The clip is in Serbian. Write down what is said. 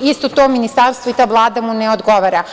isto to ministarstvo i ta Vlada mu ne odgovara.